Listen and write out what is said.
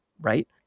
Right